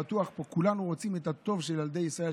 כולנו רוצים את הטוב לילדי ישראל,